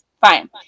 fine